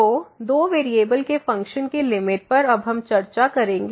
तो दो वेरिएबल के फ़ंक्शन की लिमिट पर अब हम चर्चा करेंगे